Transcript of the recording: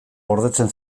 gordetzen